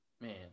Man